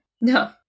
No